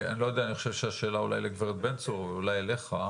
השאלה לגב' בן צור או אליך,